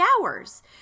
hours